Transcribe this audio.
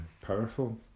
powerful